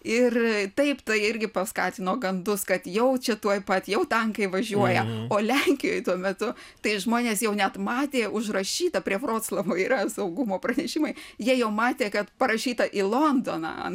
ir taip tai irgi paskatino gandus kad jau čia tuoj pat jau tankai važiuoja o lenkijoj tuo metu tai žmonės jau net matė užrašytą prie vroclavo yra saugumo pranešimai jie jau matė kad parašyta į londoną